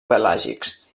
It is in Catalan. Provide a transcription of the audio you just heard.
pelàgics